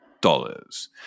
dollars